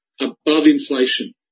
above-inflation